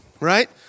right